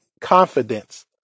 confidence